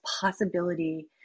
possibility